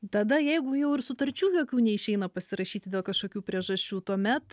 tada jeigu jau ir sutarčių jokių neišeina pasirašyti dėl kažkokių priežasčių tuomet